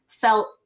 felt